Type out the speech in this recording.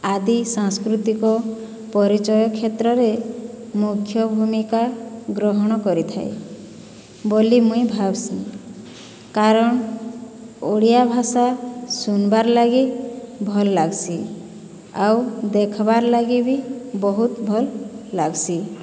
ଆଦି ସାଂସ୍କୃତିକ ପରିଚୟ କ୍ଷେତ୍ରରେ ମୁଖ୍ୟ ଭୂମିକା ଗ୍ରହଣ କରିଥାଏ ବୋଲି ମୁଇଁ ଭାବ୍ସି କାରଣ୍ ଓଡ଼ିଆ ଭାଷା ଶୁନ୍ବାର୍ ଲାଗି ଭଲ୍ ଲାଗ୍ସି ଆଉ ଦେଖବାର୍ ଲାଗି ବି ବହୁତ ଭଲ୍ ଲାଗ୍ସି